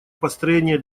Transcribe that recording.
построение